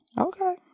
Okay